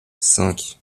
cinq